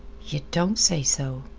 yeh don't say so.